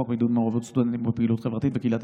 3. חוק עידוד מעורבות סטודנטים בפעילות חברתית וקהילתית,